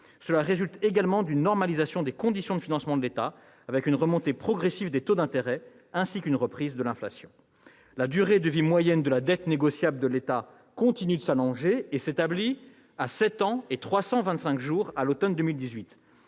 Cela résulte également d'une normalisation des conditions de financement de l'État, avec une remontée progressive des taux d'intérêt ainsi qu'une reprise de l'inflation. La durée de vie moyenne de la dette négociable de l'État continue de s'allonger et s'établit à 7 ans et 325 jours à l'automne 2018,